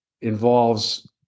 involves